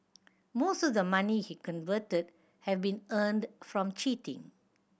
most of the money he converted had been earned from cheating